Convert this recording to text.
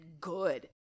good